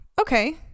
Okay